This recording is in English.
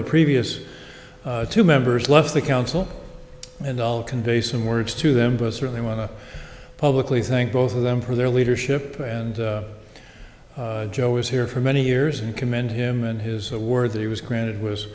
the previous two members left the council and all convey some words to them but certainly want to publicly thank both of them for their leadership and joe was here for many years and commend him and his word that he was granted was